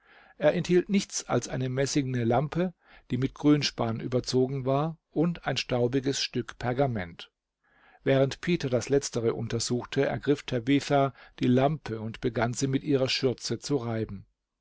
er enthielt nichts als eine messingene lampe die mit grünspan überzogen war und ein staubiges stück pergament während peter das letztere untersuchte ergriff tabitha die lampe und begann sie mit ihrer schürze zu reiben